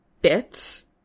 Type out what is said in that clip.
bits